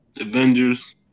Avengers